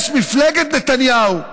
יש מפלגת נתניהו.